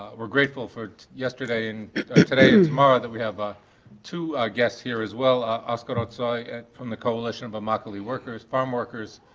we're grateful for yesterday and today and tomorrow that we have ah two guests here as well, oscar otzoy from the coalition of immokalee workers farmworkers,